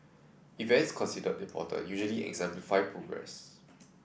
events considered important usually exemplify progress